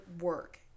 work